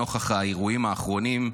נוכח האירועים האחרונים,